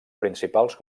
principals